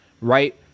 right